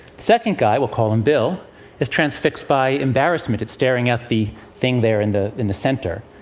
second guy we'll call him bill is transfixed by embarrassment, at staring at the thing there in the in the center.